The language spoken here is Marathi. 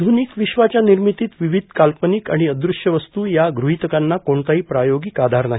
आप्टुनिक विश्वाच्या निर्मितीत विविष काल्पनिक आणि अदूश्य वस्तू या गुहितकांना कोणताही प्रायोगिक आधार नाही